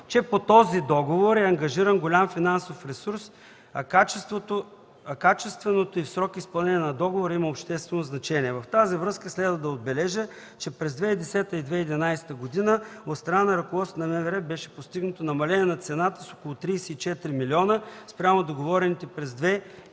че по този договор е ангажиран голям финансов ресурс, а качественото и в срок изпълнение на договора има обществено значение. В тази връзка следва да отбележа, че през 2010 и 2011 г. от страна на ръководството на МВР беше постигнато намаление на цената с около 34 милиона спрямо договорените през